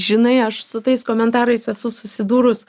žinai aš su tais komentarais esu susidūrus